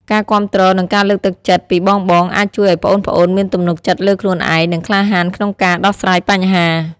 ការគាំទ្រ និងការលើកទឹកចិត្តពីបងៗ អាចជួយឱ្យប្អូនៗមានទំនុកចិត្តលើខ្លួនឯង និងក្លាហានក្នុងការដោះស្រាយបញ្ហា ។